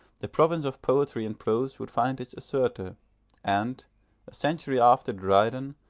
the province of poetry in prose would find its assertor and, a century after dryden,